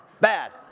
bad